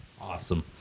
Awesome